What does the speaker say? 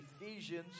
Ephesians